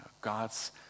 God's